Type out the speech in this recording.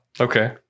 Okay